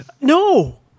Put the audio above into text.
No